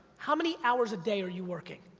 how many hours a day are you working?